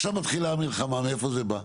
עכשיו מתחילה המלחמה מאיפה זה בא.